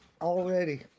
already